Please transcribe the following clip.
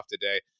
today